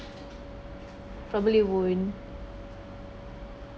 probably won’t